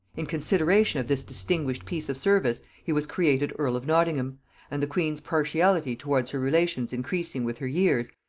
in consideration of this distinguished piece of service he was created earl of nottingham and the queen's partiality towards her relations increasing with her years,